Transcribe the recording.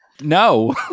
No